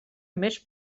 més